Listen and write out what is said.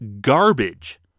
garbage